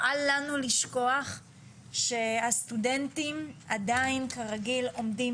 אל לנו לשכוח שהסטודנטים עדיין כרגיל עומדים